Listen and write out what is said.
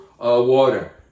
water